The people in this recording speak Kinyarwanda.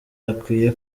akwiye